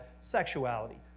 sexuality